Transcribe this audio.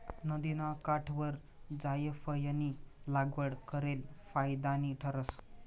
नदिना काठवर जायफयनी लागवड करेल फायदानी ठरस